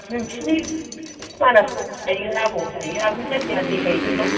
नोंसिनि गोसो मानासआव जायो ना अबाव जायो आंथ' जायखिया देखाय हैगोनल'